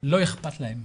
אכפת להם.